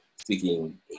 speaking